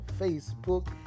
Facebook